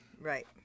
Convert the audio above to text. Right